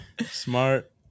Smart